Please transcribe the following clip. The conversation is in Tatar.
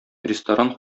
ресторан